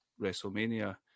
wrestlemania